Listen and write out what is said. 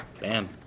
Bam